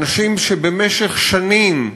אנשים שבמשך שנים עבדו,